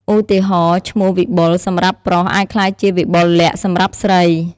ឧទាហរណ៍ ឈ្មោះ "វិបុល" សម្រាប់ ប្រុស អាចក្លាយជា "វិបុលលក្ខណ៍" សម្រាប់ស្រី។